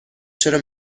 چرا